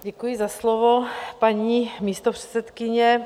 Děkuji za slovo, paní místopředsedkyně.